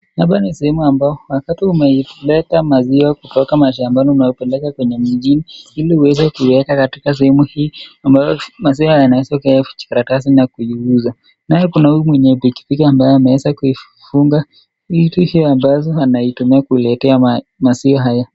Hapa ni sehemu ambayo wakati umeileta maziwa kutoka mashambani unapeleka kwenye mjini ili uweza kuiweka sehemu hii ambayo maziwa yanaweza kuwekwa kwenye vijikaratasi na kuiuza naye kuna huyu mwenye pikipiki ambaye ameweza kuifunga kitu hii ambazo anaitumia kuletea maziwa haya.